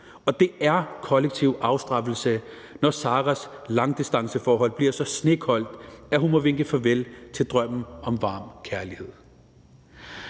og det er kollektiv afstraffelse, når Saras langdistanceforhold bliver så snekoldt, at hun må vinke farvel til drømmen om varm kærlighed.